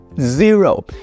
Zero